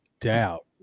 doubt